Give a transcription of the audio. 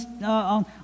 on